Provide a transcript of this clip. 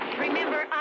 Remember